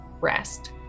rest